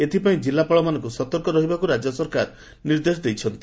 ଏଥପାଇଁ ଜିଲ୍ଲାପାଳମାନଙ୍କୁ ସତର୍କ ରହିବାକୁ ରାଜ୍ୟ ସରକାର ନିର୍ଦ୍ଦେଶ ଦେଇଛନ୍ତି